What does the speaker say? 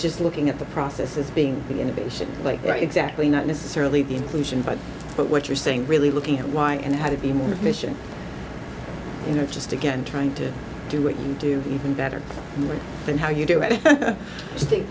just looking at the process as being the innovation but right exactly not necessarily the inclusion but but what you're saying really looking at why and how to be more efficient you know just again trying to do it do even better than how you do it